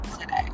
today